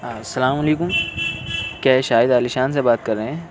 السّلام علیکم کیا یہ شاہد عالی شان سے بات کر رہے ہیں